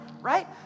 right